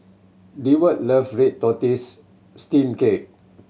Deward love red tortoise steamed cake